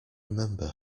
remember